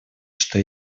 что